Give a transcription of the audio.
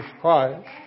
Christ